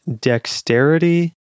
dexterity